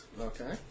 Okay